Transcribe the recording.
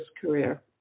career